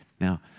Now